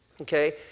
okay